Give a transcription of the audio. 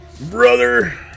Brother